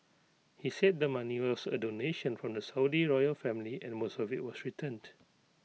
he said the money was A donation from the Saudi royal family and most of IT was returned